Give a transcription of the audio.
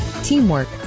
Teamwork